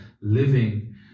living